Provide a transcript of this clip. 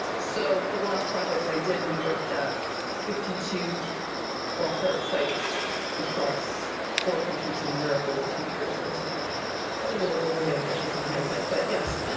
so for the last project i did, we worked at fifty two rock art sites across four countries in europe over two years. it was probably a little overly ambitious, in hindsight, but yes.